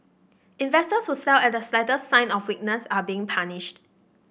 investors who sell at the slightest sign of weakness are being punished